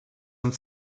and